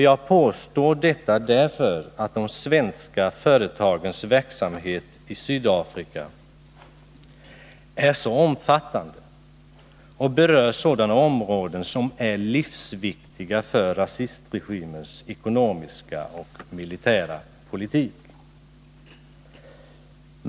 Jag påstår detta därför att de svenska företagens verksamhet i Sydafrika är så omfattande och berör sådana områden som är livsviktiga för rasistregimens ekonomiska och militära politik.